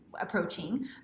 approaching